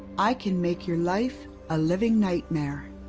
i can make your life a living nightmare.